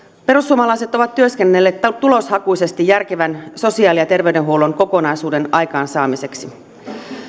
perussuomalaiset ovat työskennelleet tuloshakuisesti järkevän sosiaali ja terveydenhuollon kokonaisuuden aikaansaamiseksi